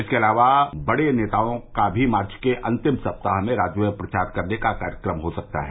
इसके अलावा अन्य बड़े नेताओं का भी मार्च के अंतिम सप्ताह से राज्य में प्रचार करने का कार्यक्रम हो सकता है